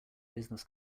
business